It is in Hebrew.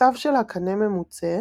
עסיסו של הקנה ממוצה,